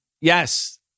yes